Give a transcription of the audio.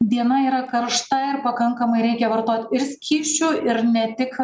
diena yra karšta ir pakankamai reikia vartot ir skysčių ir ne tik